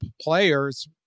players